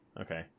Okay